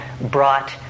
brought